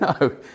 no